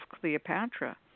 Cleopatra